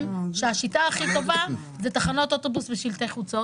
שהשיטה הכי טובה זה תחנות אוטובוס לשלטי חוצות?